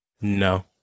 No